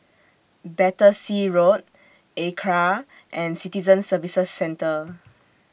Battersea Road Acra and Citizen Services Centre